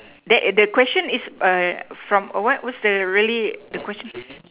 that that question is a from a what what's the really the question